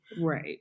Right